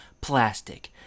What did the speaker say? plastic